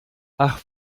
ach